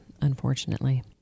unfortunately